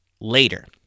later